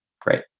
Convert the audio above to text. Great